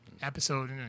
episode